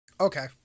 Okay